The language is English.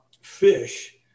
Fish